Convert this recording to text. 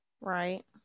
Right